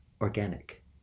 organic